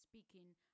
Speaking